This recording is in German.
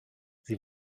sie